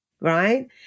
Right